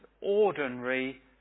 ordinary